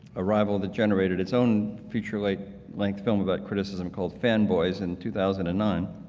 a rival that generated its own feature-length like film about criticism called fanboys in two thousand and nine.